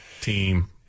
team